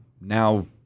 Now